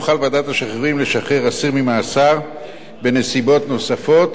תוכל ועדת השחרורים לשחרר אסיר ממאסר בנסיבות נוספות,